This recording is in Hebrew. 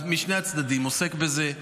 משני הצדדים, עוסק בזה.